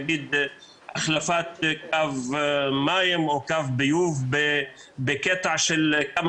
נגיד החלפת קו מים או קו ביוב בקטע של כמה